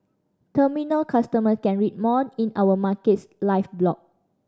terminal customer can read more in our Markets Live blog